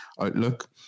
outlook